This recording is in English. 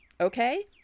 okay